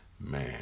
man